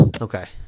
Okay